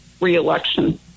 reelection